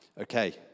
Okay